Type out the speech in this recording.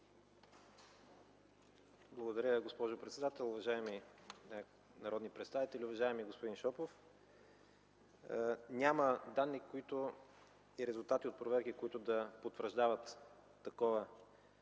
Благодаря, госпожо председател. Уважаеми народни представители, уважаеми господин Шопов! Няма данни и резултати от проверки, които да потвърждават такова подозрение.